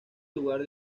lugar